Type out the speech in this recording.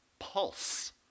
pulse